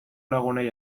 lagunei